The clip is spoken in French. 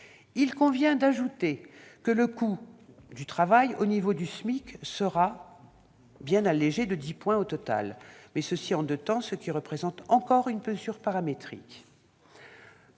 Il convient d'ajouter que le coût du travail au niveau du SMIC sera bien allégé de 10 points au total, mais en deux temps, ce qui représente encore une mesure paramétrique.